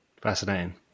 fascinating